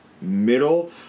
middle